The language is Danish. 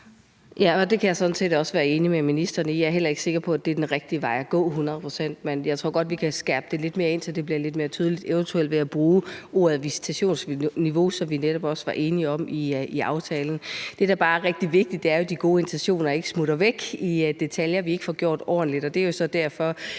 Ja, det kan jeg sådan set også være enig med ministeren i. Jeg er heller ikke hundrede procent sikker på, at det er den rigtige vej at gå, men jeg tror godt, vi kan skærpe det lidt mere ind, så det bliver lidt mere tydeligt, eventuelt ved at bruge ordet visitationsniveau, som vi netop også var enige om i aftalen. Det, der jo bare er rigtig vigtigt, er, at de gode intentioner ikke smutter væk i detaljer, vi ikke får gjort ordentligt,